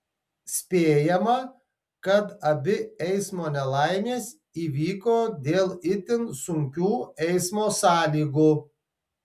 spėjama kad abi eismo nelaimės įvyko dėl itin sunkių eismo sąlygų